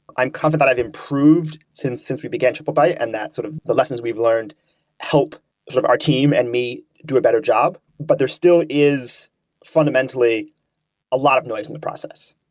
i'm confident that i've improved since since we began triplebyte, and that sort of the lessons we've learned helped sort of our team and me do a better job, but there still is fundamentally a lot of noise in the process.